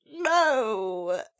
No